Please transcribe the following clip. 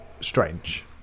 strange